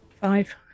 five